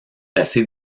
assez